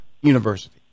University